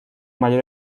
mayor